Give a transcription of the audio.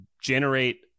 generate